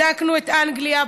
בדקנו את אנגליה,